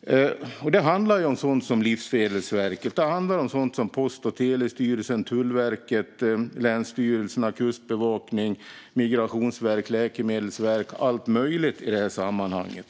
myndigheter. Det handlar om sådant som Livsmedelsverket och sådant som Post och telestyrelsen, Tullverket, länsstyrelserna, Kustbevakningen, Migrationsverket, Läkemedelsverket och allt möjligt i det här sammanhanget.